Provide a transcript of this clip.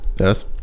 Yes